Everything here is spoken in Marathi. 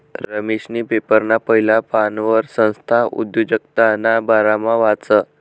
रमेशनी पेपरना पहिला पानवर संस्था उद्योजकताना बारामा वाचं